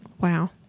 wow